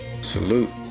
salute